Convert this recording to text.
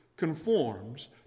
Conforms